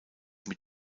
mit